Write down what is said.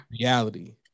reality